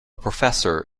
professor